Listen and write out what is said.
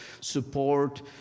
support